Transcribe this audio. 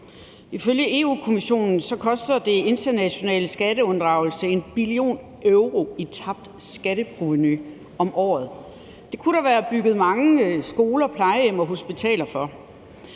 Ifølge Europa-Kommissionen koster den internationale skatteunddragelse 1 billion euro i tabt skatteprovenu om året. Det kunne der være bygget mange skoler, plejehjem og hospitaler for.